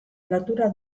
lotura